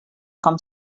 com